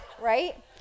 right